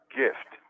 gift